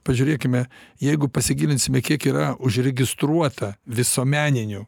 pažiūrėkime jeigu pasigilinsime kiek yra užregistruota visuomeninių